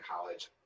college